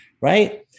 right